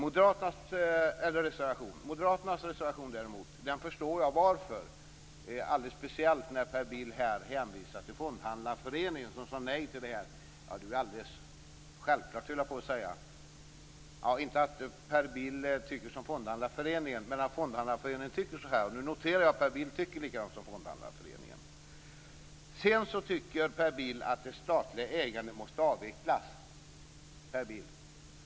Jag förstår Moderaternas reservation, alldeles speciellt när Per Bill hänvisar till Fondhandlarföreningen som har sagt nej till förslagen. Det är alldeles självklart. Då menar jag inte att Per Bill tycker som Fondhandlarföreningen, utan att Fondhandlarföreningen tycker så. Nu noterar jag att Per Bill tycker likadant som Fondhandlarföreningen. Per Bill tycker att det statliga ägandet skall avvecklas.